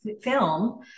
film